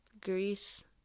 Greece